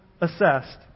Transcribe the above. assessed